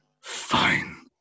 fine